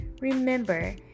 Remember